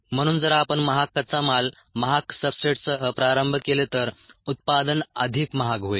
म्हणून जर आपण महाग कच्चा माल महाग सब्सट्रेटसह प्रारंभ केले तर उत्पादन अधिक महाग होईल